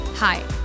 Hi